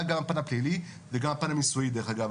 גם בפן הפלילי וגם בפן המיסויי דרך אגב,